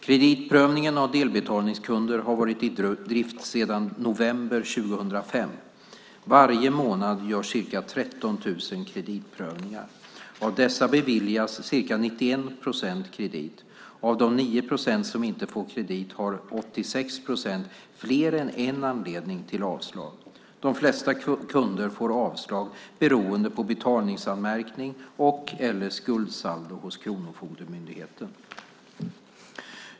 Kreditprövningen av delbetalningskunder har varit i drift sedan november 2005. Varje månad görs ca 13 000 kreditprövningar. Av dessa beviljas ca 91 procent kredit. Av de 9 procent som inte får kredit har 86 procent fler än en anledning till avslag. De flesta kunder får avslag beroende på betalningsanmärkning eller skuldsaldo hos Kronofogdemyndigheten.